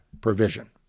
provision